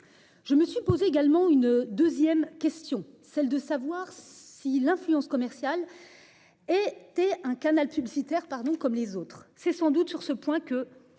Je me suis posé également une 2ème question celle de savoir si l'influence commerciale. Et es un canal publicitaire pardon comme les autres. C'est sans doute sur ce point que